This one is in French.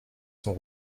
son